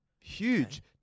huge